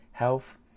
Health